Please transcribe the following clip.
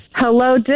Hello